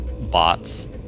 bots